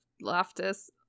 Loftus